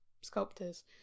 sculptors